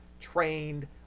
trained